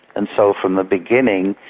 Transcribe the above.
and so from the beginning,